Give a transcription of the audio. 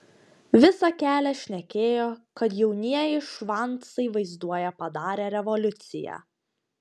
visą kelią šnekėjo kad jaunieji švancai vaizduoja padarę revoliuciją